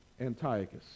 Antiochus